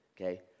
okay